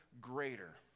greater